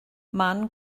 man